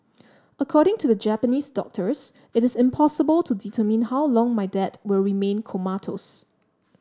according to the Japanese doctors it is impossible to determine how long my dad will remain comatose